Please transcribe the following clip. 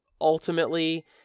ultimately